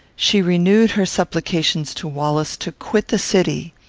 she renewed her supplications to wallace to quit the city.